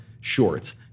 shorts